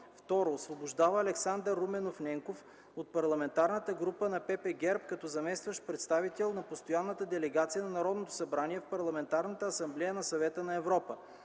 2. Освобождава Александър Руменов Ненков от Парламентарната група на Политическа партия ГЕРБ като заместващ представител на Постоянната делегация на Народното събрание в Парламентарната асамблея на Съвета на Европа.